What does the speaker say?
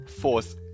force